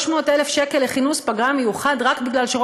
300,000 שקל לכינוס פגרה מיוחד בשבוע הבא,